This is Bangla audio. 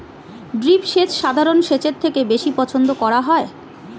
ড্রিপ সেচ সাধারণ সেচের থেকে বেশি পছন্দ করা হয়